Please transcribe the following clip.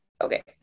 Okay